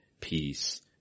peace